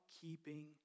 keeping